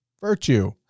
Virtue